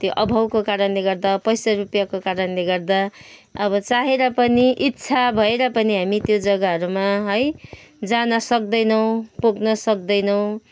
त्यो अभावको कारणले गर्दा पैसा रुपियाँको कारणले गर्दा अब चाहेर पनि इच्छा भएर पनि हामी त्यो जग्गाहरूमा है जान सक्दैनौँ पुग्न सक्दैनौँ